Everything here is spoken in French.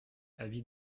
avis